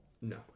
No